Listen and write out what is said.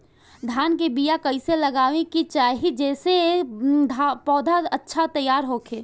धान के बीया कइसे लगावे के चाही जेसे पौधा अच्छा तैयार होखे?